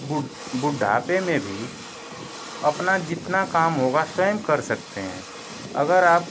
बुढ़ बुढ़ापे में भी अपना जितना काम होगा स्वयं कर सकते हैं अगर आप